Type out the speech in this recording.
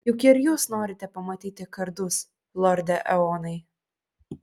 juk ir jūs norite pamatyti kardus lorde eonai